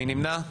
מי נמנע?